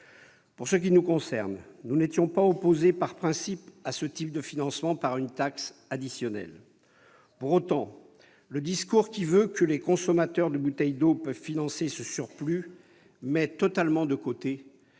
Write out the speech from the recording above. Pour ce qui nous concerne, nous n'étions pas opposés par principe à ce type de financement par une taxe additionnelle. Pour autant, le discours selon lequel les consommateurs de bouteilles d'eau peuvent financer ce surplus met totalement de côté